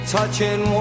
Touching